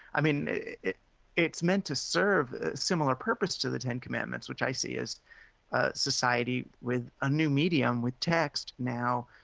i mean it's meant to serve a similar purpose to the ten commandments, which i see as society with a new medium, with text now,